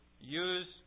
use